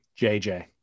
jj